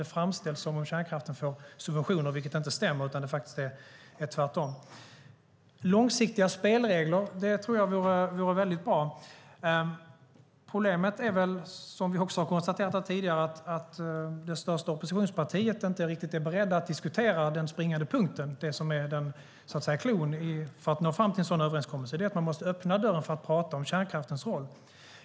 Det framställs som om kärnkraften får subventioner, vilket inte stämmer. Det är faktiskt tvärtom. Jag tror att det vore mycket bra med långsiktiga spelregler. Problemet är väl, som vi också har konstaterat här tidigare, att det största oppositionspartiet inte riktigt är berett att diskutera den springande punkten, det som så att säga är cloun för att nå fram till en sådan överenskommelse, alltså att man måste öppna dörren för att prata om kärnkraftens roll.